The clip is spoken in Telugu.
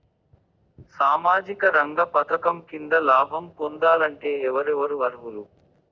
సామాజిక రంగ పథకం కింద లాభం పొందాలంటే ఎవరెవరు అర్హులు?